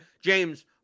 James